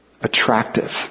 attractive